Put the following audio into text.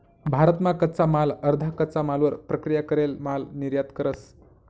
भारत मा कच्चा माल अर्धा कच्चा मालवर प्रक्रिया करेल माल निर्यात करस